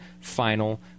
final